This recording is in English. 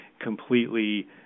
completely